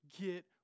Get